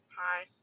hi